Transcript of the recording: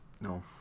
No